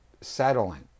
settling